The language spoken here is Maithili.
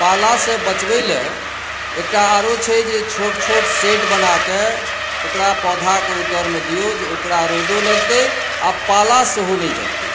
पालासँ बचबै लए एकटा आरो छै जे छोट छोट शेड बनाके ओकरा पौधाके ओहि तरमे दियौ ओकरा रौदो लगतै आओर पाला सेहो नहि जततै